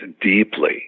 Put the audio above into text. deeply